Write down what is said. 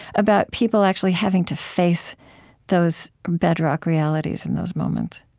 about people actually having to face those bedrock realities in those moments?